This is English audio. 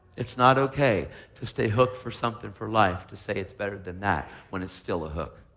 it's not okay to stay hooked for something for life, to say it's better than that when it's still a hook.